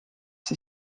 see